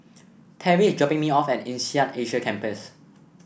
Terri is dropping me off at INSEAD Asia Campus